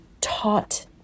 taught